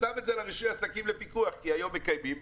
הייתי נותן לרישוי עסקים לפקח כי היום מקיימים את זה.